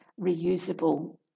reusable